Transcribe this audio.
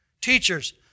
teachers